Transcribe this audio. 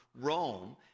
Rome